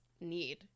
need